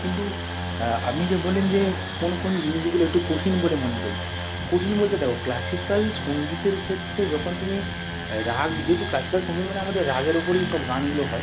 কিন্তু আপনি যা বললেন যে কোন কোন জিনিসগুলো একটু কঠিন বলে মনে করি কঠিন বলতে দেখ ক্লাসিকাল সঙ্গীতের ক্ষেত্রে যখন তুমি রাগ যেহেতু ক্লাসিকাল সঙ্গীত মানে আমাদের রাগের উপরেই সব গানগুলো হয়